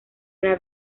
una